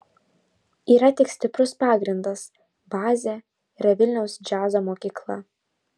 yra tik stiprus pagrindas bazė yra vilniaus džiazo mokykla